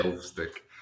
stick